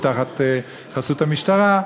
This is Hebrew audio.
ותחת חסות המשטרה.